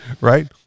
Right